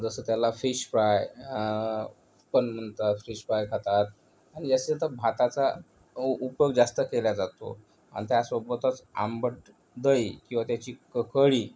जसं त्याला fish fry पण फिश फ्राय खातात आणि जास्तीत जास्त भाताचा उपयोग जास्त केला जातो आणि त्यासोबतच आंबट दही किंवा त्याची क कढी